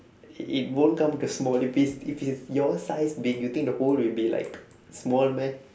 it won't come the smaller please if it's your size big you think the hole will be like small meh